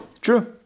true